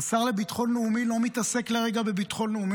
השר לביטחון לאומי לא מתעסק לרגע בביטחון לאומי.